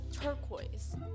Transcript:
turquoise